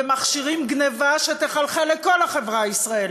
ומכשירים גנבה שתחלחל לכל החברה הישראלית.